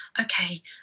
okay